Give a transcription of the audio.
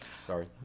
sorry